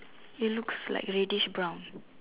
it looks like reddish brown